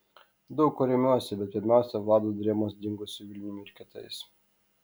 daug kuo remiuosi bet pirmiausia vlado drėmos dingusiu vilniumi ir kitais